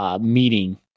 meeting